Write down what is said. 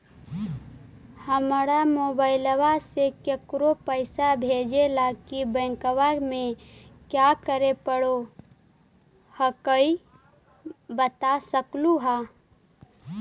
हमरा मोबाइलवा से केकरो पैसा भेजे ला की बैंकवा में क्या करे परो हकाई बता सकलुहा?